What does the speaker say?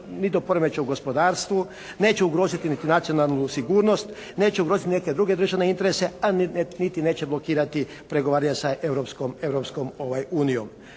ni do poremećaja u gospodarstvu, neće ugroziti niti nacionalnu sigurnost, neće ugroziti niti neke druge državne interese a niti neće blokirati pregovore sa Europskom unijom.